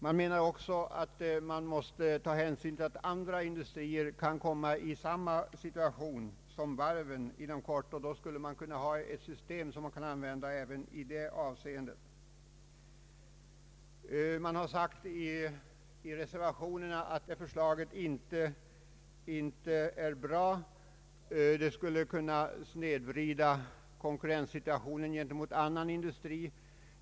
Man måste också ta hänsyn till att andra industrier inom kort kan komma i samma situation som varven, och då borde det finnas ett system som är användbart även i sådana fall. Enligt reservationerna är inte detta förslag bra — det skulle kunna snedvrida konkurrenssituationen gentemot annan industri.